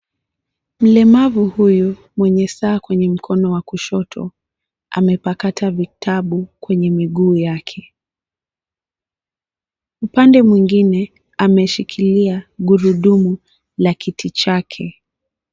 Mlemavu huyu mwenye saa kwenye mkono wa kushoto amepakata vitabu kwenye miguu yake, upande mwingine ameshikilia gurudumu la kiti chake.